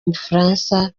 bufaransa